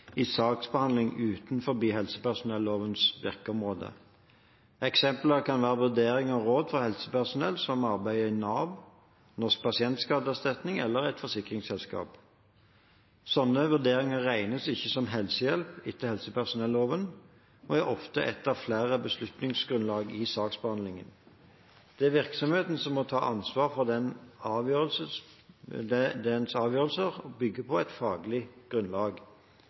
i saksbehandling utenfor helsepersonellovens virkeområde. Eksempler kan være vurderinger og råd fra helsepersonell som arbeider i Nav, Norsk pasientskadeerstatning eller forsikringsselskap. Slike vurderinger regnes ikke som helsehjelp etter helsepersonelloven og er ofte ett av flere beslutningsgrunnlag i saksbehandlingen. Det er virksomheten som må ta ansvaret for at dens avgjørelser bygger på et faglig grunnlag.